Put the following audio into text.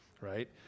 right